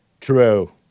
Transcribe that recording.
True